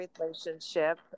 relationship